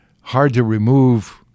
hard-to-remove